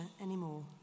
anymore